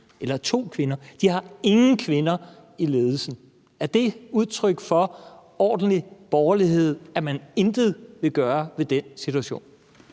eller to kvinder i ledelsen – de har ingen kvinder i ledelsen. Er det udtryk for ordentlig borgerlighed, at man intet vil gøre ved den situation?